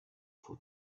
for